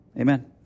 Amen